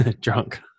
drunk